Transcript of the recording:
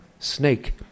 Snake